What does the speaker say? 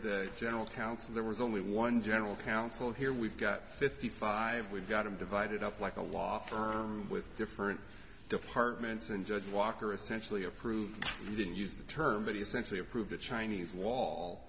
the general counsel there was only one general counsel here we've got fifty five we've got him divided up like a law firm with different departments and judge walker essentially approved didn't use the term but essentially approved a chinese wall